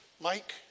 Mike